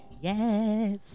Yes